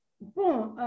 Bon